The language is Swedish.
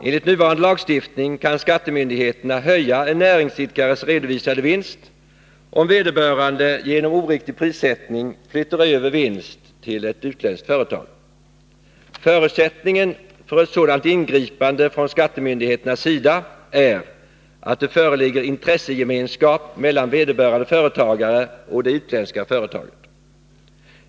Enligt nuvarande lagstiftning kan skattemyndigheterna höja en näringsidkares redovisade vinst om vederbörande genom oriktig prissättning flyttar över vinst till ett utländskt företag. Förutsättningen för ett sådant ingripande från skattemyndigheternas sida är att det föreligger intressegemenskap mellan vederbörande företagare och det utländska företaget.